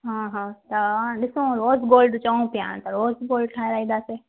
हा हा तव्हां ॾिसो रोस गोल्ड चऊं पिया रोस गोल्ड ठहाराईंदासीं